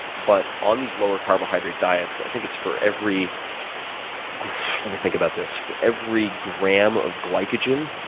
but on these lower carbohydrate diets, i think it's for every let me think about this for every gram of glycogen,